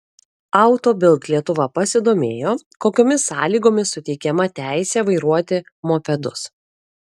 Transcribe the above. auto bild lietuva pasidomėjo kokiomis sąlygomis suteikiama teisė vairuoti mopedus